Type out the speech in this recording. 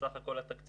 סך הכול התקציב